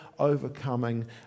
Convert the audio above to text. overcoming